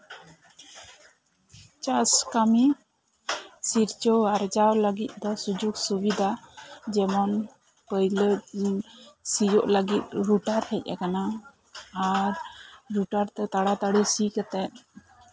ᱪᱟᱥ ᱠᱟᱹᱢᱤ ᱥᱤᱨᱡᱟᱹᱣ ᱟᱨᱡᱟᱣ ᱞᱟᱹᱜᱤᱫ ᱫᱚ ᱥᱩᱡᱳᱜᱽ ᱥᱩᱵᱤᱫᱷᱟ ᱡᱮᱢᱚᱱ ᱯᱳᱭᱞᱳ ᱥᱤᱭᱳᱜ ᱞᱟᱹᱜᱤᱫ ᱨᱳᱴᱟᱨ ᱦᱮᱡ ᱟᱠᱟᱱᱟ ᱟᱨ ᱨᱳᱴᱟᱨ ᱛᱮ ᱛᱟᱲᱟᱛᱟᱲᱤ ᱥᱤ ᱠᱟᱛᱮᱫ